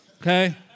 Okay